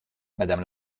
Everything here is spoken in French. madame